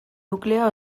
nukleoa